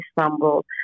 Istanbul